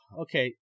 Okay